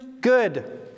good